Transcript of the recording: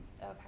Okay